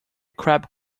crab